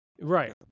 right